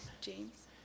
James